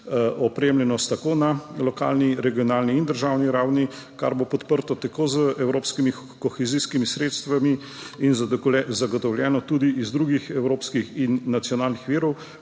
opremljenost tako na lokalni, regionalni in državni ravni, kar bo podprto tako z evropskimi kohezijskimi sredstvi in zagotovljeno tudi iz drugih evropskih in nacionalnih virov,